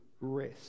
rest